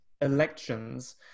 elections